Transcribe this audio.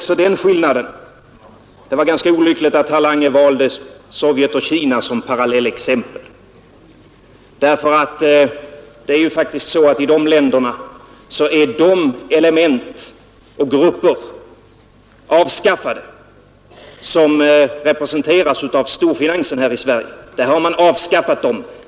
Sedan var det ganska olyckligt att herr Lange valde Sovjetunionen och Kina som parallellexempel, därför att det är faktiskt så att i de länderna är de element och grupper avskaffade, som representeras av storfinansen här i Sverige. Där har man avskaffat dem.